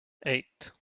eight